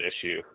issue